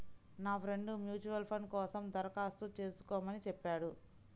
నా friend mutual fund కోసం దరఖాస్తు చేస్కోమని చెప్పాడు